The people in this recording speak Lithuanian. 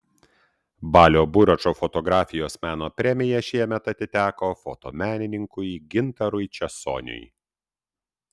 balio buračo fotografijos meno premija šiemet atiteko fotomenininkui gintarui česoniui